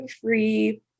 free